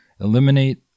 Eliminate